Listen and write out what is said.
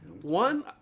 One